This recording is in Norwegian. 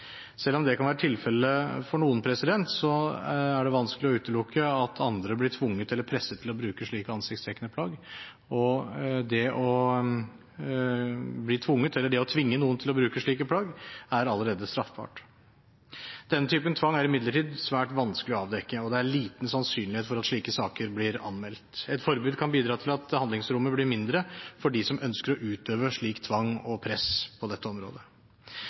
Selv om det kan være tilfellet for noen, er det vanskelig å utelukke at andre blir tvunget eller presset til å bruke slike ansiktsdekkende plagg. Det å tvinge noen til å bruke slike plagg er allerede straffbart. Denne typen tvang er det imidlertid svært vanskelig å avdekke, og det er liten sannsynlighet for at slike saker blir anmeldt. Et forbud kan bidra til at handlingsrommet blir mindre for dem som ønsker å utøve slik tvang og slikt press på dette området.